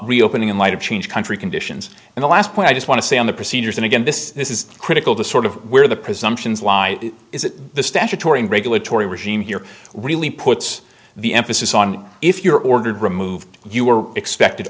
reopening in light of change country conditions and the last point i just want to say on the procedures and again this is critical to sort of where the presumptions lie is that the statutory and regulatory regime here really puts the emphasis on if you're ordered removed you are expected